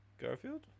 Garfield